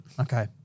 Okay